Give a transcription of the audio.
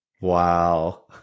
Wow